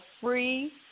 free